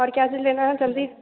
और क्या चीज़ लेनी है जल्दी